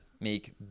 make